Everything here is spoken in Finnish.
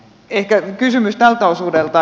ehkä kysymys tältä osuudelta